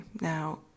Now